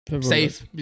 safe